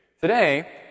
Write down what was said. Today